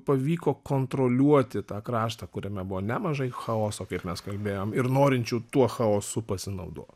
pavyko kontroliuoti tą kraštą kuriame buvo nemažai chaoso kaip mes kalbėjom ir norinčių tuo chaosu pasinaudo